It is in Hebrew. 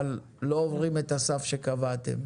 אבל לא עוברים את הסף שקבעתם?